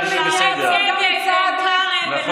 גם שערי צדק, גם לניאדו, גם,